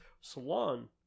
Salon